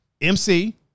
MC